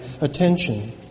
attention